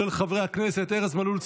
של חברי הכנסת ארז מלול,